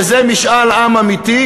וזה משאל עם אמיתי,